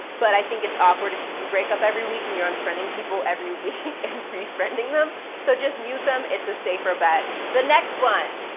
but i think it's awkward if you do break up every week and you're unfriending people every week and re-friending them, so just mute them. it's a safer bet. the next one.